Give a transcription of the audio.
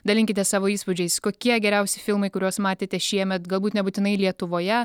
dalinkitės savo įspūdžiais kokie geriausi filmai kuriuos matėte šiemet galbūt nebūtinai lietuvoje